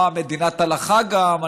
מדינת הלכה גם,